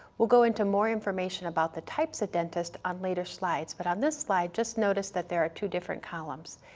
we'll go into more information about the types of dentist on later slides but on this slide just notice that there are two different columns.